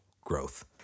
growth